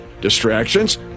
Distractions